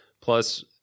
Plus